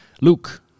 Luke